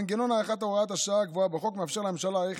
מנגנון הארכת הוראת השעה הקבוע בחוק מאפשר לממשלה להאריך